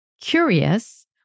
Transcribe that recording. curious